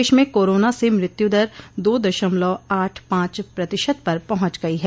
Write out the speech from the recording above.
देश में कोरोना से मृत्यु दर दो दशमलव आठ पांच प्रतिशत पर पहुंच गई है